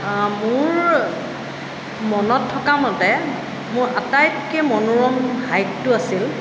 মোৰ মনত থকা মতে মোৰ আটাইতকে মনোৰম হাইকটো আছিল